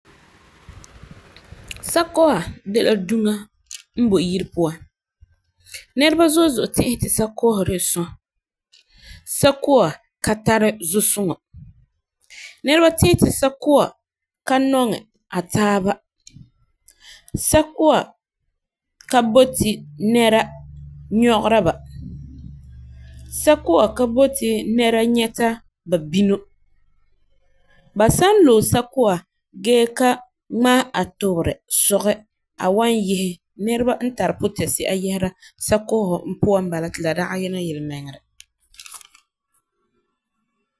Sakua de la duŋa n boi yire puan, nɛreba zo'e zo'e ti'ihe tii sakua de la sɔã. Sakua ka tari zusuŋɔ. Nɛreba ti'ise ti sakua ka nɔŋɛ a taaba. Sakua ka boti nɛra nyɛta ba binɔ. Ba san lo'e sakua gee ka ŋmaa a tuberɛ sɔgɛ, a wan yehena nɛreba n tari putisia yese sakua puan ti la dage yelemiŋerɛ.